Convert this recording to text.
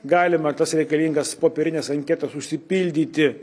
galima tas reikalingas popierines anketas užsipildyti